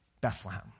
Bethlehem